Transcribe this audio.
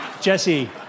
Jesse